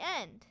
end